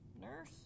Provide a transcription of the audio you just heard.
nurse